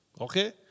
Okay